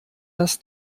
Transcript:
das